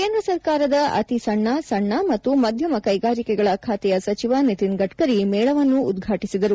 ಕೇಂದ್ರ ಸರ್ಕಾರದ ಅತಿ ಸಣ್ಣ ಸಣ್ಣ ಮತ್ತು ಮಧ್ಯಮ ಕೈಗಾರಿಕೆಗಳ ಖಾತೆಯ ಸಚಿವ ನಿತಿನ್ ಗಡ್ಡರಿ ಮೇಳವನ್ನು ಉದ್ಪಾಟಿಸಿದರು